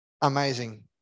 amazing